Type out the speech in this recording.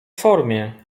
formie